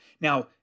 Now